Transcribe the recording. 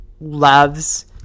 loves